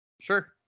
sure